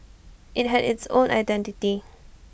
IT had its own identity